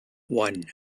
one